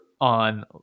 on